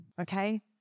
okay